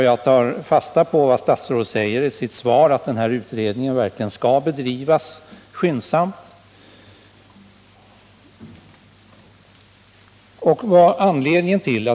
Jag tar fasta på vad statsrådet säger i sitt svar, att utredningen skall bedrivas skyndsamt.